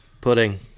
Pudding